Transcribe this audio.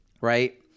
right